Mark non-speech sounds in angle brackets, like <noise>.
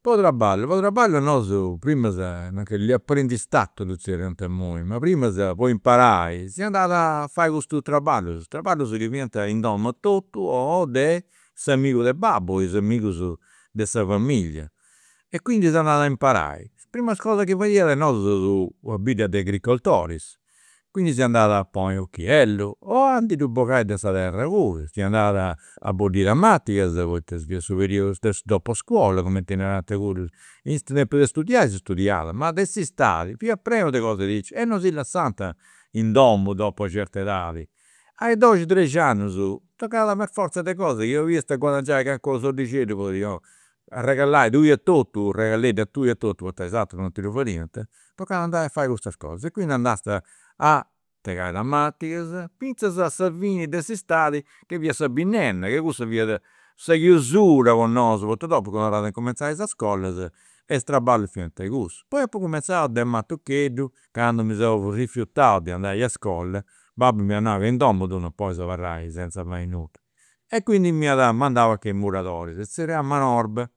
Po traballu, po traballu nosu, primas gli appendistato, ddu zerriant imui, ma primas po imparai si andat <hesitation> a fai custus traballus, traballus chi fiant in domu a totu o de s'amigu de babbu, is amigus de sa familia. E quindi seu andau a imparai, is primas cosas chi fadia, nosu seus una bidda de agricoltoris, quindi seu andau a poniri ochiellus o anche a ddu bogai de sa terra puru, si andat a bodiri tamatigas, poita fiat su periudu de <hesitation> su doposcuola, cumenti narant cuddus. In tempu de studiai si studiat, ma de s'istadi fiat prenu de cosa diaici e non si lassant in domu dopu una certa edadi. A doxi treixi annus tocat per forza de cosas, chi 'oliast guadangiai calincunu soddixeddu po, <unintelligible> arregallai tui a totu u' regaleddu a tui a totu, poita is aturus non ti ddu fadiant, tocat andai a fai custas cosas e quindi andast a segai <unintelligible> finzas a sa fini de s'istadi chi fiat sa binnenna, che cussa fiat sa chiusura po nosu, poita dopu torrat a cumenzai sas iscolas e is traballus fiant cussus. Poi apu cumenzau, de matucheddu, candu mi seu rifiutau de andai a iscola, babbu m'iat nau ca, in domu tui non podis abarrai senza fai nudda. E quindi m'iat mandau a che muradoris, si <unintelligible> manorba